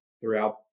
throughout